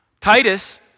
Titus